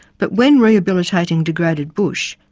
but when rehabilitating degraded bush,